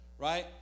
right